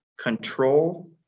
control